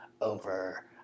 over